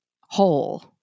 whole